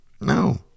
No